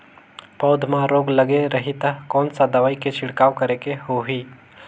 पौध मां रोग लगे रही ता कोन सा दवाई के छिड़काव करेके होही?